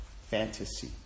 fantasy